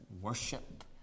worship